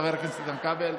חבר הכנסת איתן כבל.